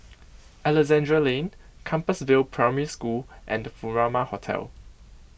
Alexandra Lane Compassvale Primary School and Furama Hotel